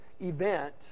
event